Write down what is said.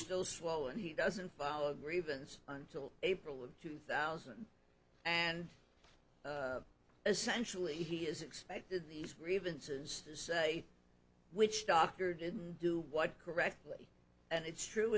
still swollen he doesn't follow a grievance until april of two thousand and essentially he is expected these grievances to say which doctor didn't do what correctly and it's true